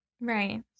Right